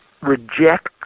reject